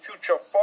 future